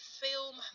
film